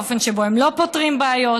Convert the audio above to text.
האופן שבו הם לא פותרים בעיות,